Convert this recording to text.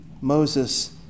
Moses